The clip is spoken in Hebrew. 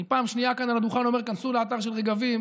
אני פעם שנייה כאן על הדוכן אומר: היכנסו לאתר של רגבים,